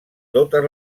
totes